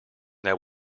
that